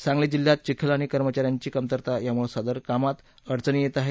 सांगली जिल्ह्यात चिखल आणि कर्मचाऱ्यांची कमतरता यामुळे सदर कामात अडचणी येत आहेत